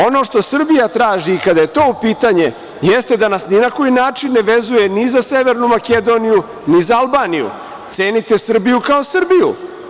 Ono što Srbija traži kada je to u pitanju jeste da nas ni na koji način ne vezuje ni za Severnu Makedoniju ni za Albaniju, cenite Srbiju kao Srbiju.